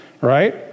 right